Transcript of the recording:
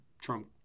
Trump